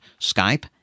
Skype